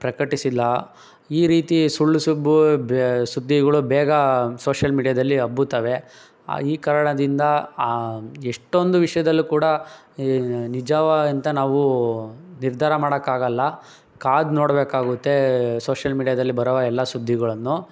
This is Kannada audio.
ಪ್ರಕಟಿಸಿಲ್ಲ ಈ ರೀತಿ ಸುಳ್ಳು ಸುಬ್ಬು ಸುದ್ದಿಗಳು ಬೇಗ ಸೋಶ್ಯಲ್ ಮೀಡ್ಯಾದಲ್ಲಿ ಹಬ್ಬುತ್ತವೆ ಈ ಕಾರಣದಿಂದ ಎಷ್ಟೊಂದು ವಿಷಯದಲ್ಲೂ ಕೂಡ ನಿಜವಾ ಅಂತ ನಾವು ನಿರ್ಧಾರ ಮಾಡಕ್ಕೆ ಆಗೋಲ್ಲ ಕಾದು ನೋಡಬೇಕಾಗುತ್ತೆ ಸೋಶಲ್ ಮೀಡ್ಯಾದಲ್ಲಿ ಬರುವ ಎಲ್ಲ ಸುದ್ದಿಗಳನ್ನು